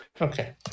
Okay